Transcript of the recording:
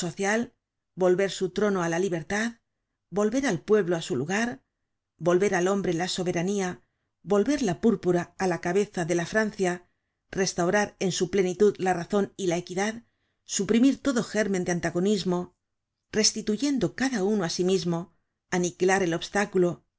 volver su trono á la libertad volver al pueblo á su lugar volver al hombre la soberanía volver la púrpura á la cabeza de la francia restaurar en su plenitud la razon y la equidad suprimir todo gérmen de antagonismo restituyendo cada uno á sí mismo aniquilar el obstáculo